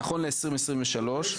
היא לא הסמיכה,